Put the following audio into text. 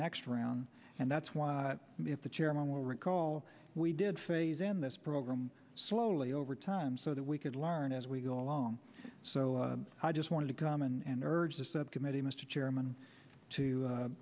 next round and that's why if the chairman will recall we did phase in this program slowly over time so that we could learn as we go along so i just wanted to come in and urge the subcommittee mr chairman to